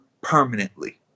permanently